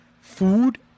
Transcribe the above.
food